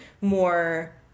more